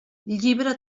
llibre